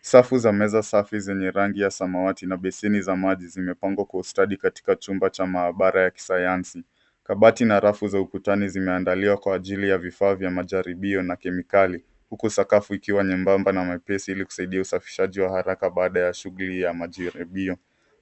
Safu za meza safi zenye rangi ya samawati na beseni za maji zimepangwa kwa ustadi katika chumba cha maabara ya kisayansi. Kabati na rafu ukutani zimeandaliwa kwa ajili ya vifaa vya majaribio na kemikali huku sakafu ikiwa nyemba na mwepesi ili kusaidia usafishaji wa haraka baada ya shughuli ya majaribio.